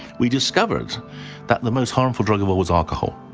we discovered that the most harmful drug overall was alcohol.